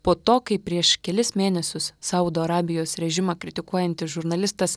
po to kai prieš kelis mėnesius saudo arabijos režimą kritikuojantis žurnalistas